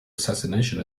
assassination